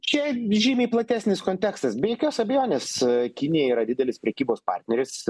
čia žymiai platesnis kontekstas be jokios abejonės kinija yra didelis prekybos partneris